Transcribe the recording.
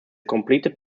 completed